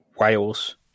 Wales